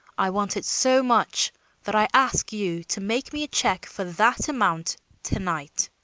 i want it so much that i ask you to make me a check for that amount to-night,